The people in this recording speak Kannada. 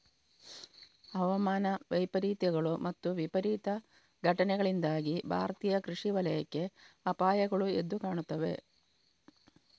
ಹವಾಮಾನ ವೈಪರೀತ್ಯಗಳು ಮತ್ತು ವಿಪರೀತ ಘಟನೆಗಳಿಂದಾಗಿ ಭಾರತೀಯ ಕೃಷಿ ವಲಯಕ್ಕೆ ಅಪಾಯಗಳು ಎದ್ದು ಕಾಣುತ್ತವೆ